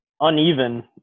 uneven